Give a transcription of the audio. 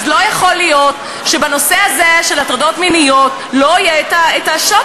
אז לא יכול להיות שבנושא הזה של הטרדות מיניות לא יהיה השוט